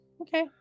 Okay